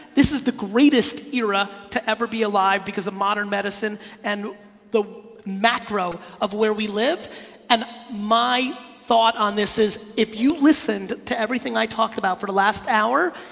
this is the greatest era to ever be alive because of modern medicine and the macro of where we live and my thought on this is if you listened to everything i talked about for the last hour,